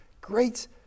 great